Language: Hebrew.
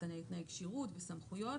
תנאי כשירות וסמכויות.